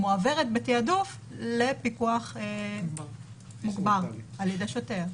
מועברת בתעדוף לפיקוח מוגבר ע"י שוטר.